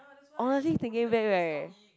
honestly thinking back right